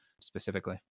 specifically